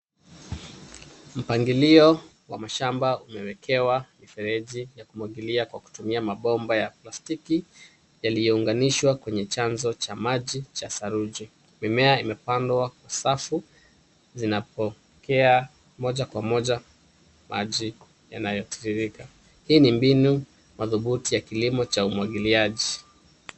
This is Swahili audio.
Mpangilio wa mashamba umewekewa mifereji ya kumwagilia kwa kutumia mabomba ya plastiki yaliyounganishwa kwenye chanzo cha maji cha saruji. Mimea imepandwa kwa safu, zinapokea moja kwa moja maji yanayotiririka. Hii ni mbinu madhubuti ya kilimo cha umwagiliaji.